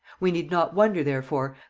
we need not wonder, therefore,